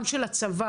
גם של הצבא,